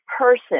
person